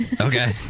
Okay